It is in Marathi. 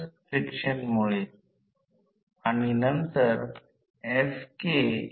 त्यामुळे हा भाग E2 लिहिले जाऊ शकते E 1लिहिले जाऊ 1शकते कारण E 1 E2 a आहे त्यामुळे SE1 एक फूट चौरस r2 j s चौरस X 2